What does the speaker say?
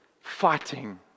fighting